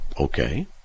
okay